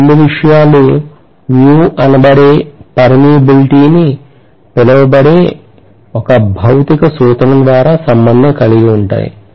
ఈ 2 విషయాలు mu అనబడే permeability అని పిలువబడే ఒక భౌతిక సూత్రం ద్వారా సంబంధం కలిగి ఉంటాయి